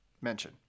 mention